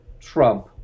Trump